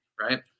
right